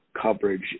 coverage